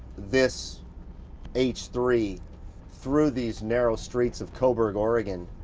this h three through these narrow streets of coburg, orgegon,